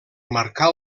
marcar